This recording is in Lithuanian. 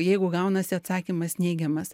jeigu gaunasi atsakymas neigiamas